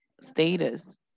status